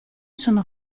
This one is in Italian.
sono